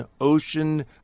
ocean